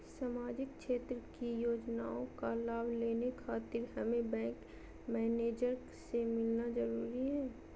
सामाजिक क्षेत्र की योजनाओं का लाभ लेने खातिर हमें बैंक मैनेजर से मिलना जरूरी है?